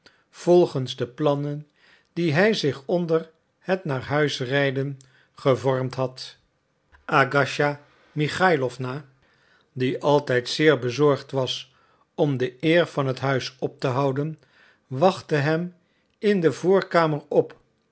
volgens de plannen die hij zich onder het naar huis rijden gevormd had agasija michailowna die altijd zeer bezorgd was om de eer van het huis op te houden wachtte hem in de voorkamer op